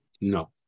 No